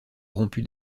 rompu